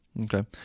Okay